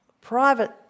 private